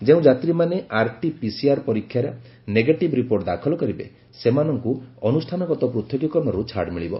ଯେଉଁ ଯାତ୍ରୀମାନେ RT PCR ପରୀକ୍ଷାର ନେଗେଟିଭ୍ ରିପୋର୍ଟ ଦାଖଲ କରିବେ ସେମାନଙ୍କୁ ମଧ୍ୟ ଅନୁଷ୍ଠାନଗତ ପୃଥକୀକରଣରୁ ଛାଡ଼ ମିଳିବ